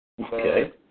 Okay